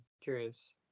Curious